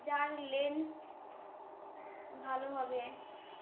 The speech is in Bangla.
যার লেন্স ভালো হবে